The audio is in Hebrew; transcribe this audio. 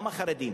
גם החרדים.